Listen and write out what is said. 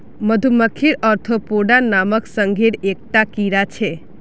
मधुमक्खी ओर्थोपोडा नामक संघेर एक टा कीड़ा छे